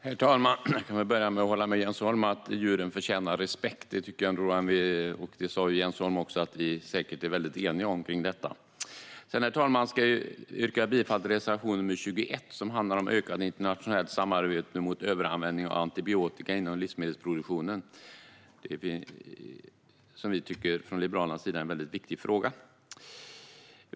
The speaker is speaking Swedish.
Herr talman! Jag kan börja med att hålla med Jens Holm om att djuren förtjänar respekt. Det tror jag, som Jens Holm också sa, att vi är eniga om. Herr talman! Jag yrkar bifall till reservation nr 21. Den handlar om ökat internationellt samarbete mot överanvändning av antibiotika inom livsmedelsproduktionen, som vi i Liberalerna tycker är en viktig fråga.